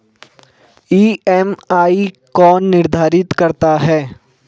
EMI कौन निर्धारित करता है?